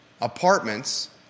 apartments